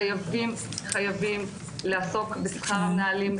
חייבים לטפל בשכר המנהלים,